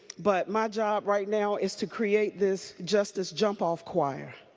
but my job right now is to create this justice jump-off choir.